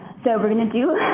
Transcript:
so we're going to do